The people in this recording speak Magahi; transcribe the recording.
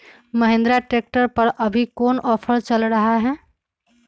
महिंद्रा ट्रैक्टर पर अभी कोन ऑफर चल रहा है?